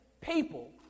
people